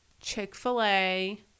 chick-fil-a